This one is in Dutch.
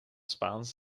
spaanse